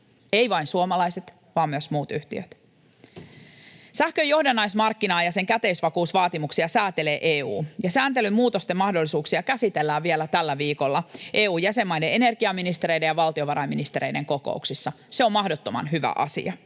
ei vain suomalaiset, vaan myös muut yhtiöt. Sähkön johdannaismarkkinaa ja sen käteisvakuusvaatimuksia säätelee EU, ja sääntelyn muutosten mahdollisuuksia käsitellään vielä tällä viikolla EU-jäsenmaiden energiaministereiden ja valtiovarainministereiden kokouksissa. Se on mahdottoman hyvä asia.